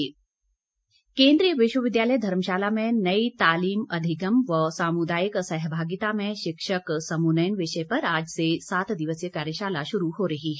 कार्यशाला केंद्रीय विश्वविद्यालय धर्मशाला में नई तालीम अधिगम व सामुदायिक सहभागिता में शिक्षक समुन्नयन विषय पर आज से सात दिवसीय कार्यशाला शुरू हो रही है